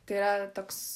tai yra toks